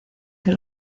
que